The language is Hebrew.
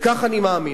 וכך אני מאמין.